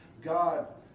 God